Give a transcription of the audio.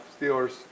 Steelers